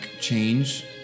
change